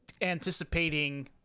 anticipating